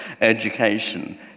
education